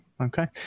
Okay